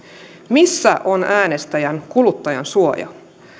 missä on äänestäjän kuluttajansuoja